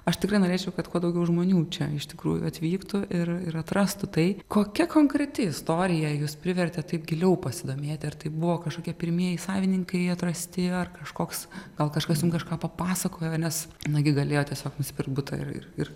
aš tikrai norėčiau kad kuo daugiau žmonių čia iš tikrųjų atvyktų ir ir atrastų tai kokia konkreti istorija jus privertė taip giliau pasidomėti ar tai buvo kažkokie pirmieji savininkai atrasti ar kažkoks gal kažkas jum kažką papasakojo nes nagi galėjot tiesiog nusipirkt butą ir ir ir